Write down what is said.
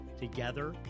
Together